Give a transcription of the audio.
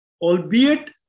Albeit